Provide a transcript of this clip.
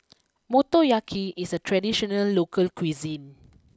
Motoyaki is a traditional local cuisine